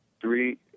Three